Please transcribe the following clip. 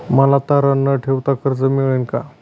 मला तारण न ठेवता कर्ज मिळेल का?